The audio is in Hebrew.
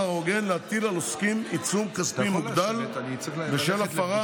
ההוגן להטיל על עוסקים עיצום כספי מוגדל בשל הפרה